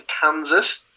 Kansas